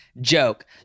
joke